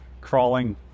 crawling